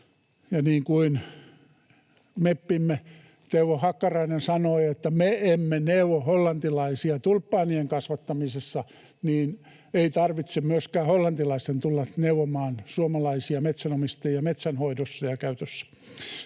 kuin meppimme Teuvo Hakkarainen sanoi, että kun me emme neuvo hollantilaisia tulppaanien kasvattamisessa, niin ei tarvitse myöskään hollantilaisten tulla neuvomaan suomalaisia metsänomistajia metsän hoidossa ja käytössä.